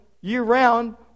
year-round